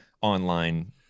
online